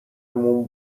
موم